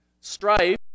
Strife